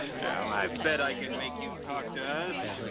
now, i bet i can make you talk to us.